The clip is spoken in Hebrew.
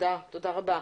תודה רבה.